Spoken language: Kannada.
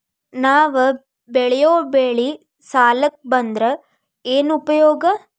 ನಾವ್ ಬೆಳೆಯೊ ಬೆಳಿ ಸಾಲಕ ಬಂದ್ರ ಏನ್ ಉಪಯೋಗ?